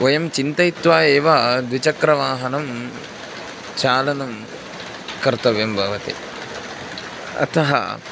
वयं चिन्तयित्वा एव द्विचक्रवाहनचालनं कर्तव्यं भवति अतः